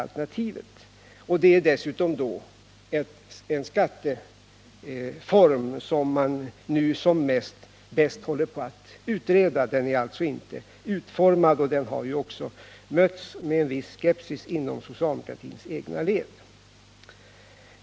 Dessutom rör det sig om en skatteform som man nu som bäst håller på att utreda. Den är alltså inte utformad och har också mötts med en viss skepsis inom socialdemokratins egna led.